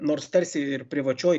nors tarsi ir privačioj